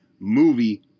Movie